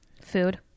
Food